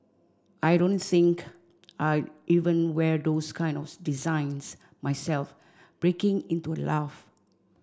I don't think I even wear those kind of designs myself breaking into a laugh